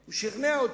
הוא שכנע אותי.